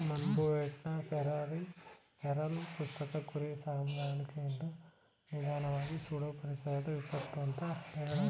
ಮೊನ್ಬಯೋಟ್ನ feral ಪುಸ್ತಕ ಕುರಿ ಸಾಕಾಣಿಕೆಯನ್ನು ನಿಧಾನ್ವಾಗಿ ಸುಡೋ ಪರಿಸರ ವಿಪತ್ತು ಅಂತ ಹೆಳವ್ರೆ